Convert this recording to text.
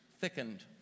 thickened